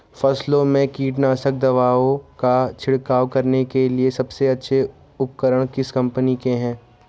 फसलों में कीटनाशक दवाओं का छिड़काव करने के लिए सबसे अच्छे उपकरण किस कंपनी के हैं?